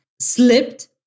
slipped